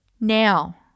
now